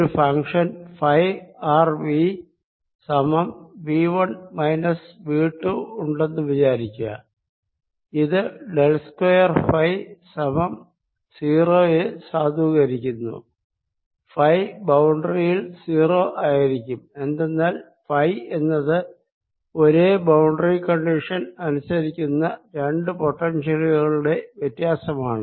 ഒരു function phi R V സമം വി1 മൈനസ് വി2 ഉണ്ടെന്ന് വിചാരിക്കുക ഇത് ഡെൽ സ്ക്വയർ ഫൈ സമം 0 യെ സാധൂകരിക്കുന്നു ഫൈ ബൌണ്ടറിയിൽ 0 ആയിരിക്കും എന്തെന്നാൽ ഫൈ എന്നത് ഒരേ ബൌണ്ടറി കണ്ടിഷൻ അനുസരിക്കുന്ന രണ്ടു പൊട്ടൻഷ്യലുകളുടെ വ്യത്യാസമാണ്